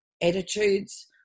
attitudes